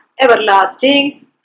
everlasting